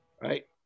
Right